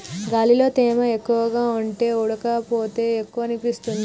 గాలిలో తేమ ఎక్కువగా ఉంటే ఉడుకపోత ఎక్కువనిపిస్తుంది